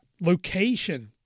location